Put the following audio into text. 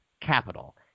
capital